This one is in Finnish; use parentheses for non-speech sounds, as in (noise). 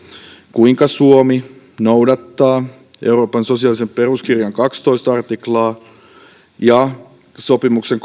kuinka suomi noudattaa euroopan sosiaalisen peruskirjan kahdestoista artiklaa ja sopimuksen (unintelligible)